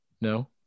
No